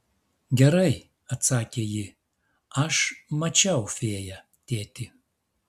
gerai atsakė ji aš mačiau fėją tėti